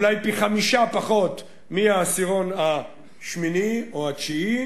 אולי חמישית מהעשירון השמיני או התשיעי,